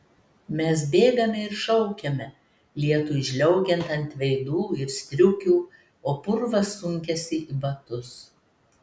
mes bėgame ir šaukiame lietui žliaugiant ant veidų ir striukių o purvas sunkiasi į batus